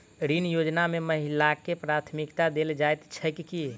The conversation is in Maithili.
ऋण योजना मे महिलाकेँ प्राथमिकता देल जाइत छैक की?